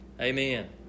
Amen